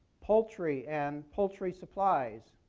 poultry and poultry supplies.